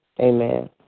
amen